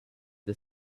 the